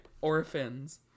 orphans